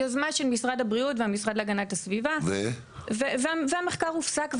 יוזמה של משרד הבריאות והמשרד להגנת הסביבה והמחקר הופסק,